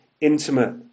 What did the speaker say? intimate